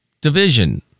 Division